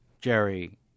Jerry